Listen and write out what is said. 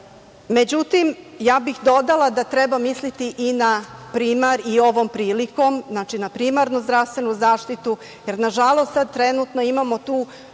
ja bih dodala da treba misliti i na primar i ovom prilikom, znači na primarnu zdravstvenu zaštitu, jer, nažalost, sada trenutno imamo tu